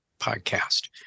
podcast